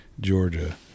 Georgia